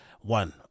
One